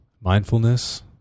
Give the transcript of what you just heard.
mindfulness